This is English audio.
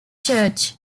church